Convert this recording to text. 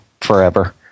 forever